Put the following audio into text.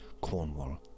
Cornwall